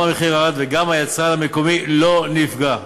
גם המחיר ירד וגם היצרן המקומי לא נפגע.